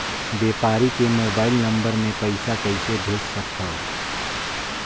व्यापारी के mobile number मे पईसा कइसे भेज सकथव?